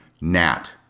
Nat